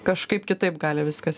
kažkaip kitaip gali viskas